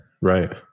Right